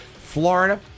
Florida